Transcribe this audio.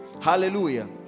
Hallelujah